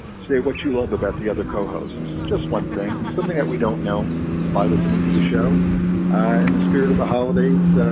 say what you love about the other co-hosts. just one thing swiming that we don't know but by listening to the show in ah and the spirit of the holidays.